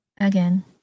Again